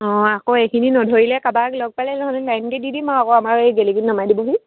অঁ আকৌ এইখিনি নধৰিলে কাবাক লগ পালে নহ'লে লাইনত দি দিম আউ আকৌ আমাৰ এই গেলেকিত নমাই দিবহি